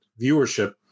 viewership